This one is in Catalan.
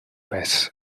pes